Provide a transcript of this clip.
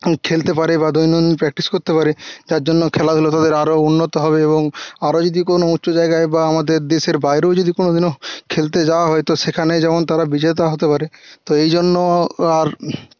খেলতে পারে বা দৈনন্দিন প্র্যাকটিস করতে পারে যার জন্য খেলাধুলো তাদের আরো উন্নত হবে এবং আরোই যদি কোনো উচ্চ জায়গায় বা আমাদের দেশের বাইরেও যদি কোন দিনও খেলতে যাওয়া হয় তো সেখানে যেমন তারা বিজেতা হতে পারে তো এই জন্য আর